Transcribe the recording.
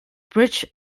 bridge